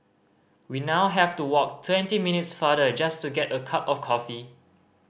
we now have to walk twenty minutes farther just to get a cup of coffee